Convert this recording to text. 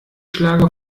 schlage